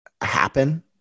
happen